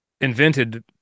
invented